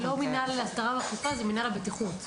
זה לא מנהל הסדרה ואכיפה אלא מנהל הבטיחות.